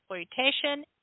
exploitation